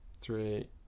three